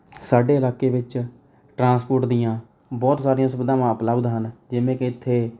ਸਾਡੇ ਇਲਾਕੇ ਵਿੱਚ ਟਰਾਂਸਪੋਰਟ ਦੀਆਂ ਬਹੁਤ ਸਾਰੀਆਂ ਸੁਵਿਧਾਵਾਂ ਉਪਲਬਧ ਹਨ ਜਿਵੇਂ ਕਿ ਇੱਥੇ